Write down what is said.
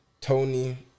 Tony